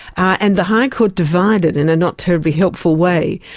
and the high court divided in a not terribly helpful way.